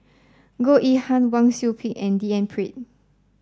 Goh Yihan Wang Sui Pick and D N Pritt